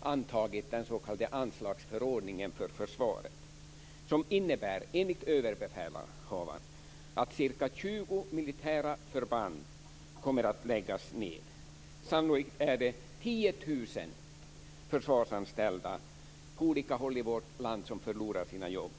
antagit den s.k. anslagsförordningen för försvaret. Den innebär enligt överbefälhavaren att ca 20 militära förband kommer att läggas ned. Sannolikt kommer 10 000 försvarsanställda att förlora sina jobb.